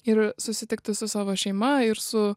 ir susitikti su savo šeima ir su